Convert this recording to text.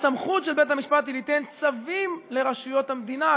הסמכות של בית-המשפט היא ליתן צווים לרשויות המדינה.